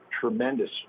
tremendous